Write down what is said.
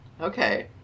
Okay